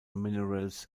minerals